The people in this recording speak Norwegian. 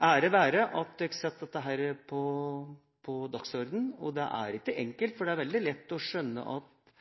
ære være den som setter dette på dagsordenen. Det er ikke enkelt, for det er veldig lett å skjønne at